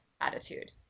attitude